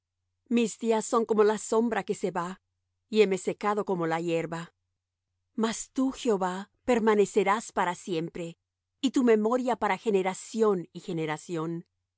mis días son como la sombra que se va y heme secado como la hierba mas tú jehová permanecerás para siempre y tu memoria para generación y generación